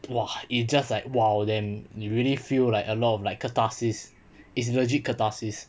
!wah! it's just like !wow! damn you really feel like a lot of like catharsis it's legit catharsis